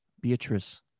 Beatrice